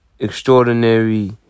extraordinary